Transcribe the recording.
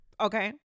Okay